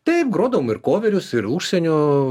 taip grodavom ir koverius ir užsienio